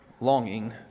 longing